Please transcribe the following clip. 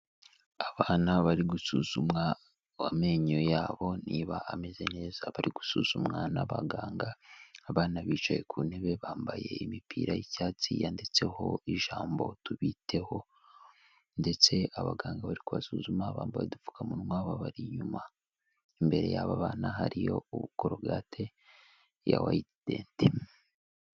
Abana bari gusuzumwa amenyo yabo niba ameze neza, bari gusuzumwa n'abaganga, abana bicaye ku ntebe bambaye imipira y'icyatsi yanditseho ijambo tubiteho ndetse abaganga bari kubasuzuma bambaye udupfukamunwa babari inyuma, imbere y'aba bana hariyo korogate ya White dent.